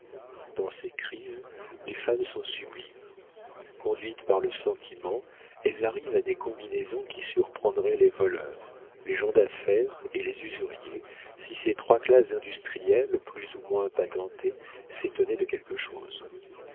dans ces crises les femmes sont sublimes conduites par le sentiment elles arrivent à des combinaisons qui surprendraient les voleurs les gens d'affaires et les usuriers si ces trois classes d'industriels plus ou moins patentés s'étonnaient de quelque chose